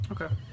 Okay